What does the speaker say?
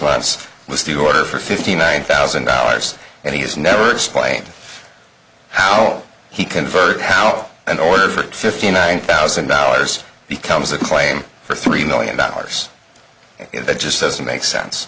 months was the order for fifty nine thousand dollars and he has never explained how he converted houle an order for fifty nine thousand dollars becomes a claim for three million dollars it just doesn't make sense